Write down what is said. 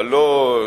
אבל לא,